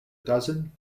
dozen